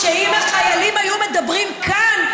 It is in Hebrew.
שאם החיילים היו מדברים כאן,